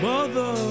Mother